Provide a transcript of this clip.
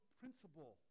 principle